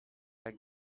like